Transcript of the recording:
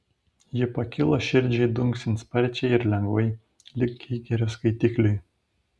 ji pakilo širdžiai dunksint sparčiai ir lengvai lyg geigerio skaitikliui